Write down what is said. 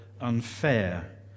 unfair